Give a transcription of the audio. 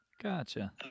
gotcha